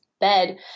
bed